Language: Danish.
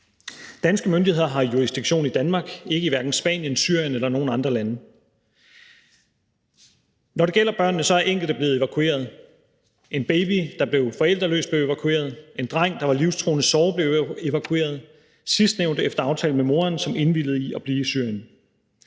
Danske myndigheder har jurisdiktion i Danmark, ikke i Spanien, Syrien eller nogen andre lande. Når det gælder børnene, er enkelte blevet evakueret. En baby, der blev forældreløs, blev evakueret, og en dreng, der var livstruende såret, blev evakueret, sidstnævnte efter aftale med moren, som indvilligede i at blive i Syrien.